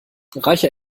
reiche